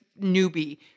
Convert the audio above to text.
newbie